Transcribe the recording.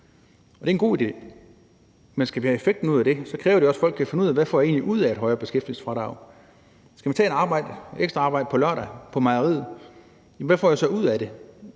Det er en god idé. Men skal vi have effekten ud af det, kræver det også, at folk kan finde ud af, hvad de egentlig får ud af et højere beskæftigelsesfradrag: Hvis jeg skal tage et ekstra arbejde på lørdag på mejeriet, hvad får jeg så ud af det?